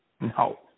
No